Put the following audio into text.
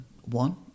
one